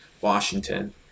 Washington